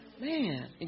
Man